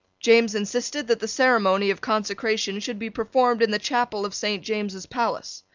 james insisted that the ceremony of consecration should be performed in the chapel of saint james's palace.